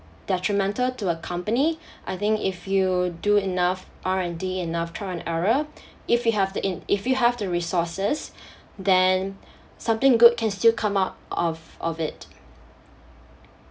detrimental to a company I think if you do enough R_N_D enough trial and error if you have the in if you have the resources then something good can still come out of of it